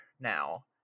now